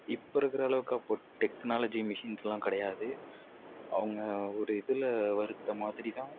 இப்போ இருக்கிற அளவுக்கு அப்போது டெக்னாலஜி மிஷின்ஸெலாம் கிடையாது அவங்க ஒரு இதில் வறுத்த மாதிரி தான்